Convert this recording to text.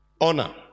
Honor